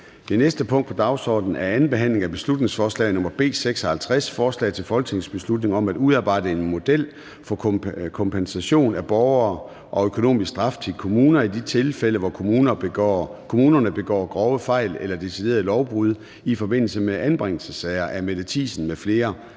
Det næste punkt på dagsordenen er: 51) 2. (sidste) behandling af beslutningsforslag nr. B 56: Forslag til folketingsbeslutning om at udarbejde en model for kompensation af borgere og økonomisk straf til kommuner i de tilfælde, hvor kommunerne begår grove fejl eller deciderede lovbrud i anbringelsessager. Af Mette Thiesen (DF) m.fl.